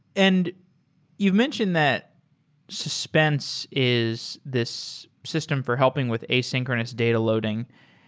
and you've mentioned that suspense is this system for helping with asynchronous data loading,